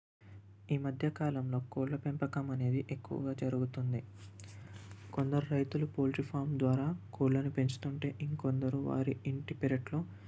ఈమధ్య కాలంలో కోళ్ల పెంపకం అనేది ఎక్కువగా జరుగుతుంది కొందరు రైతులు కోళ్ల ఫార్మ్ ద్వారా కోళ్లను పెంచుతుంటే ఇంకొందరు వారి ఇంటి పెరట్లో